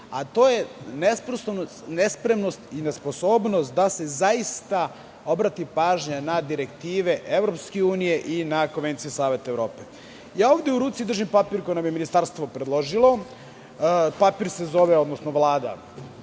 a to je nespremnost, nesposobnost da se zaista obrati pažnja na direktive Evropske unije i na konvencije Saveta Evrope. Ovde u ruci držim papir koji nam je Ministarstvo predložilo, odnosno Vlada.